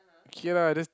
okay lah just